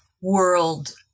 world